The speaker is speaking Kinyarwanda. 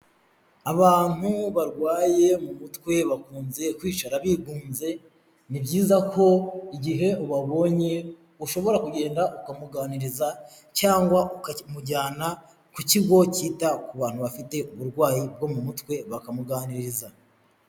Abantu barwaye mu mutwe bakunze kwicara bigunze, ni byiza ko igihe ubabonye ushobora kugenda ukamuganiriza cyangwa ukamujyana ku kigo cyita ku bantu bafite uburwayi bwo mu mutwe bakamuganiriza.